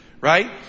right